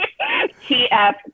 tf